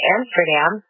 Amsterdam